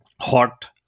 hot